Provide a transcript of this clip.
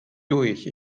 durch